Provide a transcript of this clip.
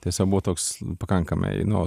tiesa buvo toks pakankamai nu